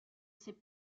ses